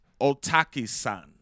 Otaki-san